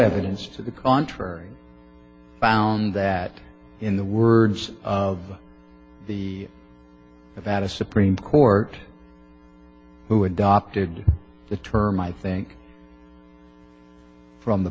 evidence to the contrary found that in the words of the about a supreme court who adopted the term i think from the